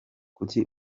kuki